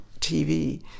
TV